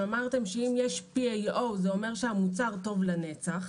אמרתם שאם יש PAO זה אומר שהמוצר טוב לנצח.